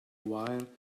while